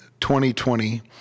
2020